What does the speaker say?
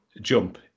jump